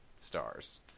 stars